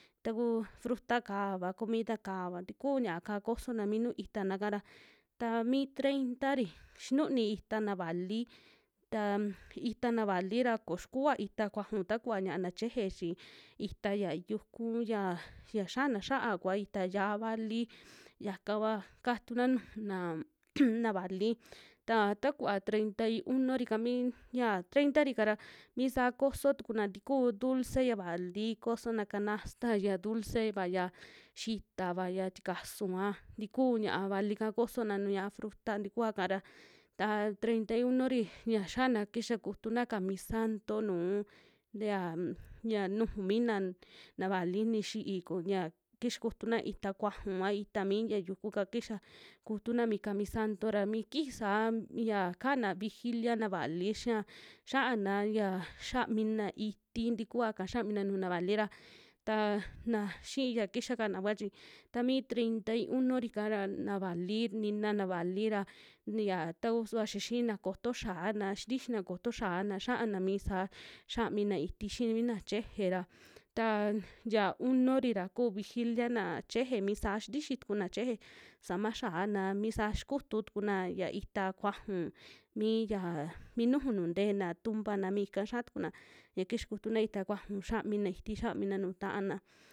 Takuu fruta'kava a comida'kava tikuu ña'a kosona mi nuu itana'ka ra tami treinta'ri xinuni itana vali tan, itana vali ra ko xikua ita kuaju takuva yaana cheje chi ita ya yuku, yaa ya yiana xa'a kua itaa ya'a vali yaka vua katuna nuju naa na vali ta takuva treinta y uno'ri ka, mii ya treinta'ri kara misaa koso tukuna tikuu dulce ya vali kosona canasta ya dulce'va, yia xitava ya tikasua ntikuu ña'a valika kosona nuña fruta tikuaka ra, ta treinta y uno'ri ñia xiana kixa kutuna kamisanto nuu tea unm ya nuju miina na vali nixii ku yia kixa kutuna itaa kuaju a itaa mi ya yukuka kixa kutuna mi kamisanto ra, mi kiji saa mia kana vigilia na valii xia, xa'ana ya xiamina itii tikuaka xamina nuju na vali ra taa na, xii ya kixaka kua chi tami treinta y uno'ri kaa ra na vali, nina na vali ra nia tauu suva xia xiina koto xia'ana xintixina ko'oto xa'ana xaana mi saa, xiamina itii xii mina cheje ra, taan ya uno'ri ra kuu vijilia naa cheje, mi saa xintixi tukuna cheje saama xiaa na mi saa xikutu tukuna ya itaa kuaju mi yaa, mi nuju nu nteena tumbana mi ika xia tukuna ya kixia kutuna itaa kuaju xamina iti, xiamina nuu ta'ana.